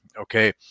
Okay